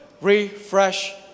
refresh